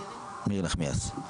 מירי נחמיאס.